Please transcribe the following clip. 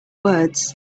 words